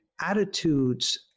attitudes